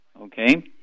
okay